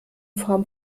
form